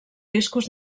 riscos